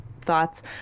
thoughts